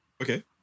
Okay